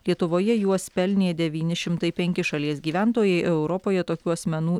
lietuvoje juos pelnė devyni šimtai penki šalies gyventojai europoje tokių asmenų